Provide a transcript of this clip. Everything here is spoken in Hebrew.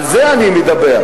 על זה אני מדבר.